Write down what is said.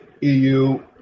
EU